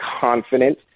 confident